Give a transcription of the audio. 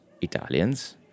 Italians